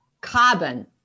carbon